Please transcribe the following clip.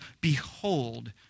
behold